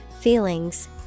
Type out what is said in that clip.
feelings